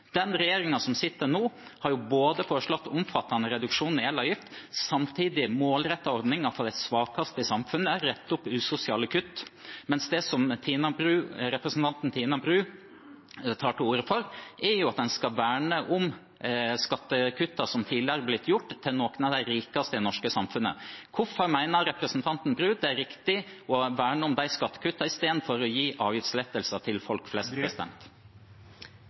Den regjeringen som sitter nå, har foreslått omfattende reduksjon i elavgiften og samtidig målrettet ordningen for de svakeste i samfunnet, for å rette opp i usosiale kutt. Men det som representanten Tina Bru tar til orde for, er at man skal verne om skattekuttene som tidligere har blitt gjort til noen av de rikeste i det norske samfunnet. Hvorfor mener representanten Bru at det er riktig å verne om de skattekuttene istedenfor å gi avgiftslettelser til folk flest?